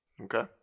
Okay